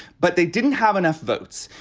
but they didn't have enough votes.